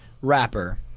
rapper